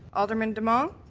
alderman demong?